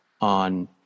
on